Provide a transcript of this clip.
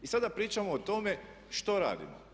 I sada pričamo o tome što radimo.